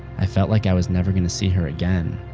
i felt like i was never going to see her again.